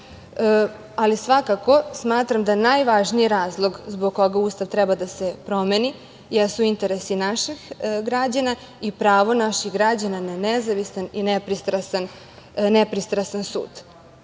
možemo. Svakako, smatram da najvažniji razlog zbog koga Ustav treba da se promeni jesu interesi naših građana i pravo naših građana na nezavistan i nepristrasan sud